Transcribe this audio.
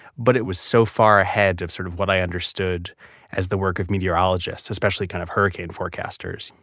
but it was so far ahead of sort of what i understood as the work of meteorologists, especially kind of hurricane forecasters